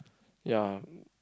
ya